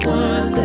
one